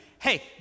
hey